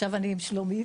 עכשיו אני עם שלומית.